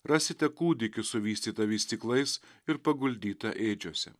rasite kūdikį suvystytą vystyklais ir paguldytą ėdžiose